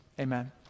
Amen